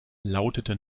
lautete